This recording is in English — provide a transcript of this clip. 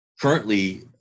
Currently